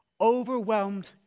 overwhelmed